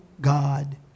God